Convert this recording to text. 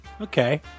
Okay